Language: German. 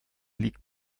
liegt